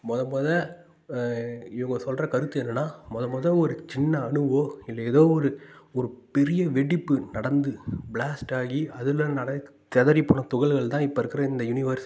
மொதல் மொதல் இவங்க சொல்கிற கருத்து என்னென்னா மொதல் மொதல் ஒரு சின்ன அணுவோ இல்லை ஏதோ ஒரு ஒரு பெரிய வெடிப்பு நடந்து ப்ளாஸ்ட் ஆகி அதில் நடக் சிதறி போன துகள்கள் தான் இப்போ இருக்கிற இந்த யூனிவெர்ஸ்